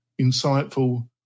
insightful